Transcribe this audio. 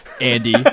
andy